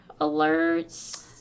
alerts